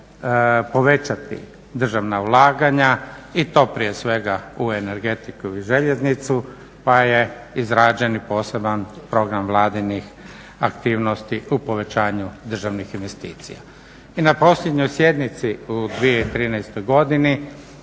povećati državna ulaganja i to prije svega u energetiku i željeznicu pa je izrađen i poseban program vladinih aktivnosti u povećanju državnih investicija. I na posljednjoj sjednici u 2013. godini